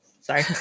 Sorry